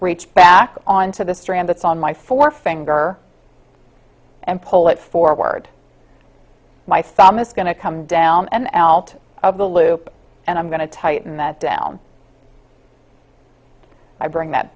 reach back on to the strand it's on my forefinger and pull it forward my thumb is going to come down and out of the loop and i'm going to tighten that down i bring that